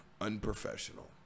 unprofessional